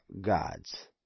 gods